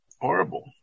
Horrible